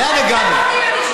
לאן הגענו?